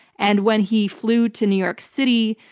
and when he flew to new york city,